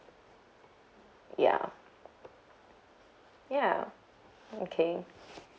ya ya okay